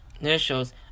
initials